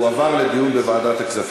ואנחנו עובדים על זה.